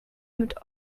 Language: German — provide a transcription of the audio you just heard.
mit